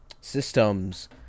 systems